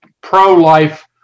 pro-life